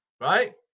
right